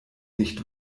nicht